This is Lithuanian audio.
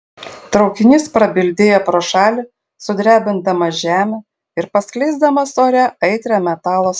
traukinys prabildėjo pro šalį sudrebindamas žemę ir paskleisdamas ore aitrią metalo smarvę